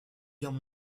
guerre